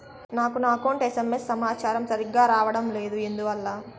నాకు నా account SMS సమాచారము సరిగ్గా రావడం లేదు ఎందువల్ల?